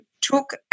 took